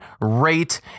rate